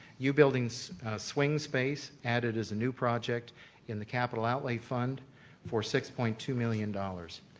u building's swing space added as a new project in the capital outlay fund for six point two million dollars.